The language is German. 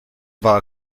war